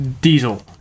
diesel